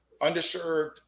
underserved